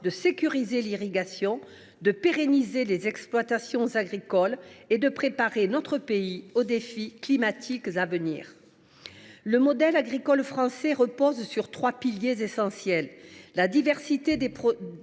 de sécuriser l’irrigation, de pérenniser les exploitations agricoles et de préparer notre pays aux défis climatiques à venir. Le modèle agricole français repose sur trois piliers essentiels : la diversité des productions,